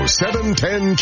710